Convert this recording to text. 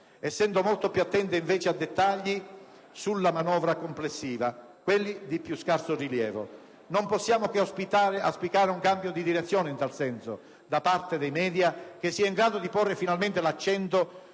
essendo invece più attenta a dettagli sulla manovra complessiva, quelli di più scarso rilievo. Non possiamo che auspicare un cambio di direzione in tal senso da parte dei *media*, che sia in grado di porre finalmente l'accento